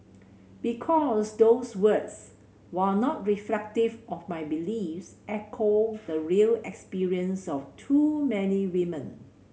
because those words while not reflective of my beliefs echo the real experience of too many women